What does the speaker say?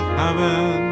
heaven